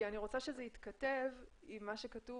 אני רוצה שזה יתכתב עם מה שכתוב